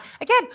Again